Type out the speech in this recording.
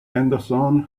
henderson